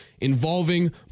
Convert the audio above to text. involving